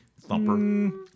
Thumper